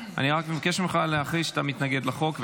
אני רק מבקש ממך להכריז שאתה מתנגד לחוק,